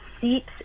seeps